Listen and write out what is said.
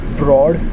broad